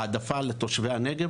העדפה לתושבי הנגב